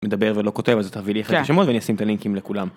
מדבר ולא כותב אז תביא לי אחרי את הרשימות ואני אשים את הלינקים לכולם.